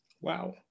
wow